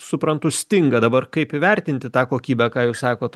suprantu stinga dabar kaip įvertinti tą kokybę ką jūs sakot